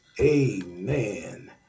Amen